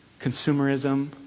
consumerism